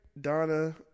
Donna